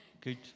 good